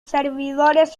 servidores